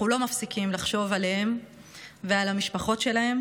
אנחנו לא מפסיקים לחשוב עליהם ועל המשפחות שלהם,